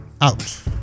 out